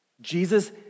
Jesus